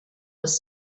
was